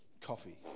coffee